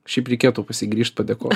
šiaip reikėtų pas jį grįžt padėkot